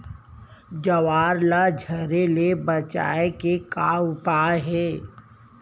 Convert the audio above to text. ज्वार ला झरे ले बचाए के का उपाय हे?